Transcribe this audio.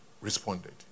responded